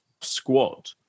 squad